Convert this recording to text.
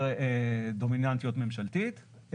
יותר דומיננטיות ממשלתיות.